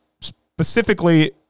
specifically